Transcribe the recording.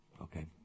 Okay